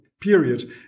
period